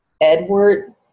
Edward